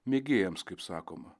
mėgėjams kaip sakoma